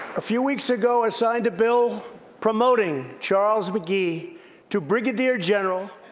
a few weeks ago, i signed a bill promoting charles mcgee to brigadier general.